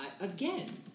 Again